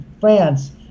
France